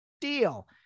deal